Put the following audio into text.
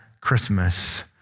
Christmas